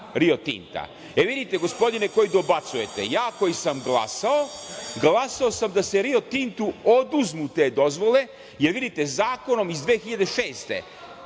Vidite, gospodine koji dobacujete, ja koji sam glasao glasao sam da se Rio Tintu oduzmu te dozvole, jer zakonom iz 2006.